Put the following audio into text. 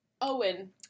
Owen